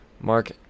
Mark